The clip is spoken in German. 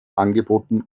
angeboten